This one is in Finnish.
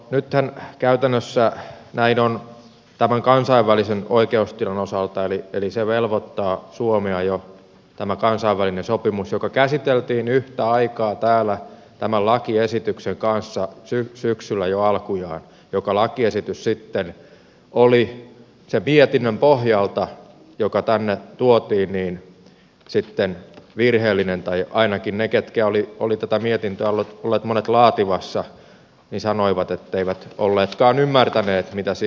nythän käytännössä näin on tämän kansainvälisen oikeustilan osalta eli suomea velvoittaa jo tämä kansainvälinen sopimus joka käsiteltiin yhtä aikaa täällä tämän lakiesityksen kanssa syksyllä jo alkujaan joka lakiesitys oli sen mietinnön pohjalta joka tänne tuotiin virheellinen tai ainakin monet jotka olivat tätä mietintöä olleet laatimassa sanoivat etteivät olleetkaan ymmärtäneet mitä siinä luki